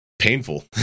painful